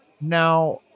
Now